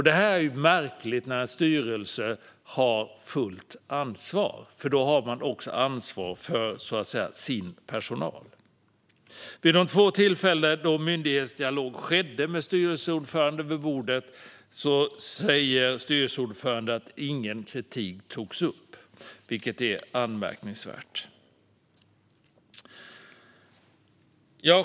Detta är märkligt när en styrelse har fullt ansvar, för då har man också ansvar för sin personal. Vid de två tillfällen då myndighetsdialog skedde med styrelseordföranden vid bordet togs enligt styrelseordföranden ingen kritik upp, vilket är anmärkningsvärt.